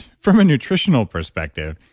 from a nutritional perspective,